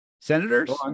Senators